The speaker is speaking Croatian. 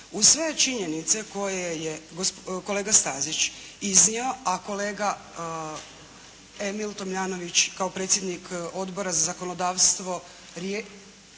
Uz sve činjenice koje je kolega Stazić iznio, a kolega Emil Tomljanović kao predsjednik Odbor za zakonodavstvo